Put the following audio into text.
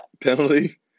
penalty